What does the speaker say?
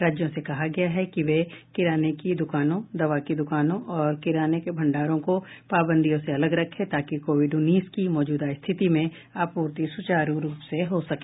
राज्यों से कहा गया है कि वे किराने की दुकानों दवा की द्कानों और किराने के भंडारों को पाबंदियों से अलग रखें ताकि कोविड उन्नीस की मौजूदा स्थिति में आपूर्ति सुचारू रूप से हो सके